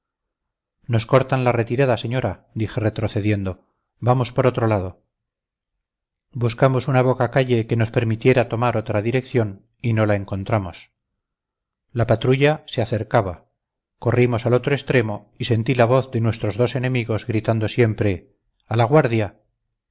nos cortan la retirada señora dije retrocediendo vamos por otro lado buscamos una boca-calle que nos permitiera tomar otra dirección y no la encontramos la patrulla se acercaba corrimos al otro extremo y sentí la voz de nuestros dos enemigos gritando siempre a la guardia